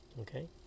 okay